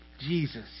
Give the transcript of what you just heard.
Jesus